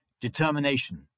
Determination